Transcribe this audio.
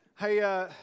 Hey